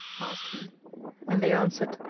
asked he and they answered,